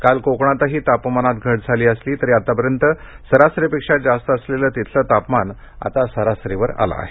काल कोकणातही तापमानात घट झाली आतापर्यंत सरासरीपेक्षा जास्त असलेलं तिथलं तापमान आता सरासरीवर आलं आहे